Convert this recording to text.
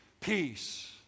peace